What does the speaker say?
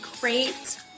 great